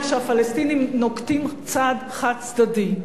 שהפלסטינים נוקטים צעד חד-צדדי.